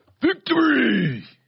Victory